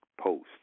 post